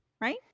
right